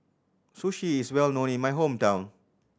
sushi is well known in my hometown